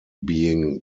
being